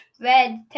red